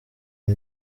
iyi